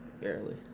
Barely